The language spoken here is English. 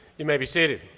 you may be seated.